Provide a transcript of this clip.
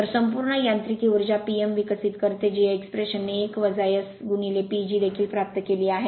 तर संपूर्ण यांत्रिकी उर्जा P m विकसित करते जी या एक्स्प्रेशनने 1 S PG देखील प्राप्त केली आहे